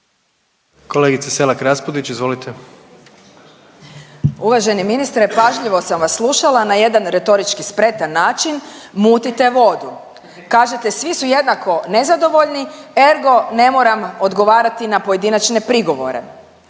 **Selak Raspudić, Marija (Nezavisni)** Uvaženi ministre, pažljivo sam vas slušala na jedan retorički spretan način mutite vodu. Kažete svi su jednako nezadovoljni ergo ne moram odgovarati na pojedinačne prigovore.